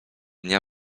dnia